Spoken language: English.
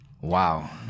Wow